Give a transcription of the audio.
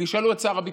תשאלו את שר הביטחון.